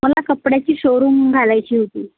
मला कपड्याची शोरूम घालायची होती